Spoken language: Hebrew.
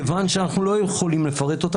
מכיוון שאנחנו לא יכולים לפרט,